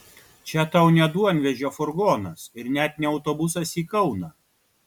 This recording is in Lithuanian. čia tau ne duonvežio furgonas ir net ne autobusas į kauną